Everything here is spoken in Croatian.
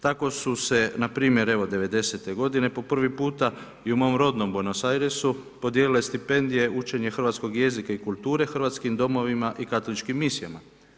Tako su se npr. evo '90. po prvi puta i u mom rodnom Buenos Airesu podijelile stipendije učenja hrvatskog jezika i kulture hrvatskim domovima i katoličkim misijama.